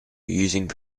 using